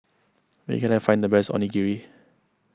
where can I find the best Onigiri